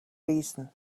reason